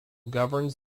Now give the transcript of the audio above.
governs